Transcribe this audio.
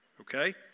okay